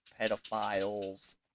pedophiles